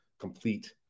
Complete